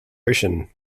ocean